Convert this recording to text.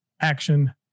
action